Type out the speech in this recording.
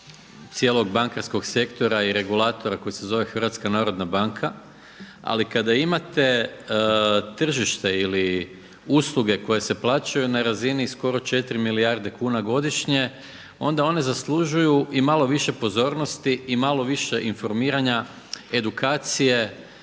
cijelog bankarskog sektora i regulatora koji se zove Hrvatska narodna banka. Ali kada imate tržište ili usluge koje se plaćaju na razini skoro 4 milijardi kuna godišnje, onda one zaslužuju i malo više pozornosti i malo više informiranja, edukacije